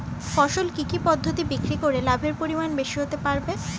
ফসল কি কি পদ্ধতি বিক্রি করে লাভের পরিমাণ বেশি হতে পারবে?